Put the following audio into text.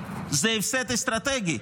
זה הפסד אסטרטגי.